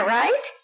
right